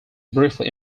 briefly